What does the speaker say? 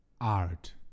Art